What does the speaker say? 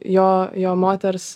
jo jo moters